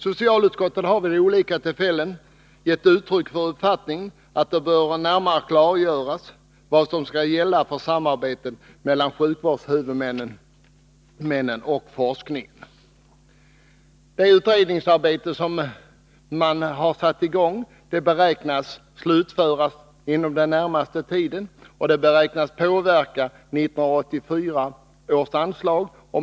Socialutskottet har vid olika tillfällen gett uttryck för uppfattningen att det bör närmare klargöras vad som skall gälla för samarbetet mellan sjukvårdshuvudmännen och forskningen. Det utredningsarbete som man har satt i gång beräknas bli slutfört inom den närmaste tiden. Det beräknas komma att påverka 1984 års anslag.